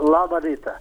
labą rytą